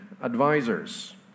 advisors